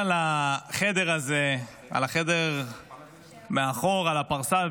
החדר מאחור, על הפרסה.